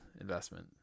investment